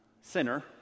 Sinner